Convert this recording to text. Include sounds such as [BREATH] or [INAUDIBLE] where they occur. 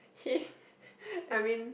he [BREATH]